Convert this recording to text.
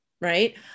Right